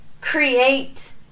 create